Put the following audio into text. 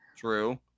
True